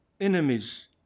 enemies